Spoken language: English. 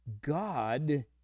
God